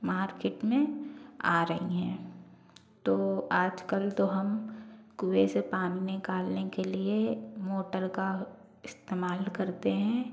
market में आ रही हैं तो आजकल तो हम कुएँ से पानी निकालने के लिए मोटर का इस्तेमाल करते हैं